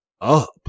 up